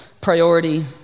priority